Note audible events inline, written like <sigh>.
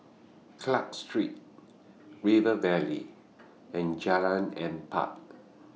Clarke Street River Valley and <noise> Jalan Empat